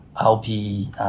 LP